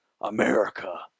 America